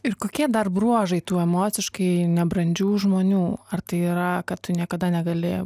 ir kokie dar bruožai tų emociškai nebrandžių žmonių ar tai yra kad tu niekada negali